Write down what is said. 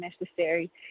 necessary